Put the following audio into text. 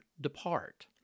depart